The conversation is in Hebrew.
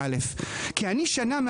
זה מעניין אחרים,